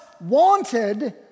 wanted